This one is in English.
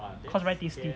cause very tasty